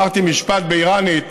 אמרתי משפט באיראנית,